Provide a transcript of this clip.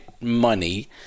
money